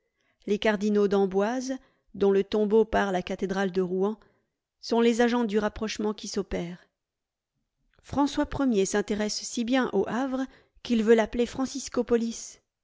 les cardinaux d'amboise dont le tombeau pare la cathédrale de rouen sont les agents du rapprochement qui s'opère françois i s'intéresse si bien au havre qu'il veut l'appeler